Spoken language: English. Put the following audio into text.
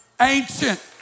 ancient